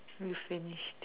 we finished